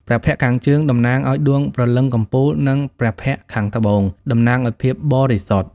ព្រះភ័ក្ត្រខាងជើង តំណាងឱ្យ ដូងព្រលឹងកំពូល និង ព្រះភ័ក្ត្រខាងត្បូង តំណាងឱ្យភាពបរិសុទ្ធ ។។